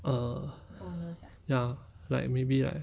err ya like maybe like